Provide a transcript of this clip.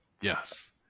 yes